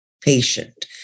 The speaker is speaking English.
patient